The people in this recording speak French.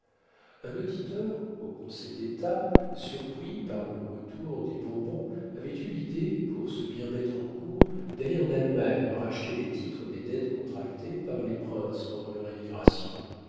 un auditeur au conseil d'état surpris par le retour des bourbons avait eu l'idée pour se bien mettre en cour d'aller en allemagne racheter les titres des dettes contractées par les princes pendant leur émigration